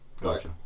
Gotcha